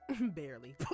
Barely